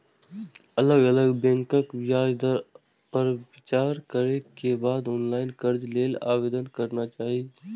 अलग अलग बैंकक ब्याज दर पर विचार करै के बाद ऑनलाइन कर्ज लेल आवेदन करना चाही